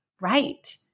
right